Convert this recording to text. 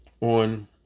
on